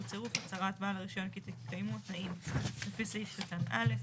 בצירוף הצהרת בעל הרישיון כי התקיימו התנאים לפי סעיף קטן (א),